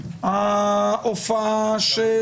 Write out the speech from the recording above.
ההופעה של